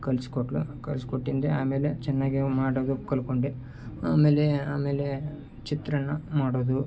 ಕಲ್ಸಿ ಕೊಟ್ಳು ಕಲ್ಸಿ ಕೊಟ್ಟಿಂದೆ ಆಮೇಲೆ ಚೆನ್ನಾಗಿ ಮಾಡೋದು ಕಲ್ತ್ಕೊಂಡೆ ಆಮೇಲೆ ಆಮೇಲೆ ಚಿತ್ರಾನ್ನ ಮಾಡೋದು